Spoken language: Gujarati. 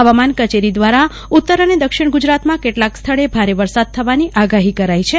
હવામાન કચેરી દ્વારા ઉત્તર અને દક્ષિણ ગુજરાતમાં કેટલાક સ્થળે ભારે વરસાદ થવાની આગાહી કરાઈ છે